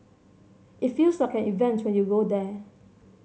it feels like an event when you go there